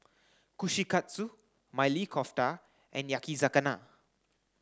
Kushikatsu Maili Kofta and Yakizakana